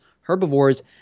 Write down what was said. herbivores